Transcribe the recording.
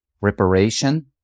reparation